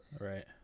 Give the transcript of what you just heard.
Right